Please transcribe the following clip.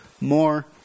more